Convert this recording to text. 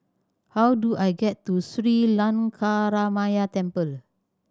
how do I get to Sri Lankaramaya Temple